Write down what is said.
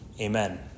Amen